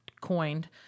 coined